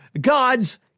God's